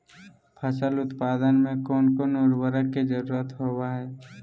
फसल उत्पादन में कोन कोन उर्वरक के जरुरत होवय हैय?